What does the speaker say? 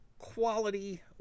quality